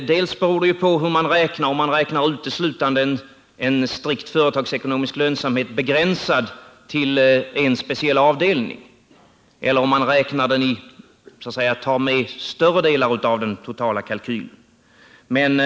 Resultatet beror på hur man räknar; om man uteslutande räknar med en strikt företagsekonomisk lönsamhet begränsad till en speciell avdelning eller om man tar med större delar av den totala kalkylen i beräkningen.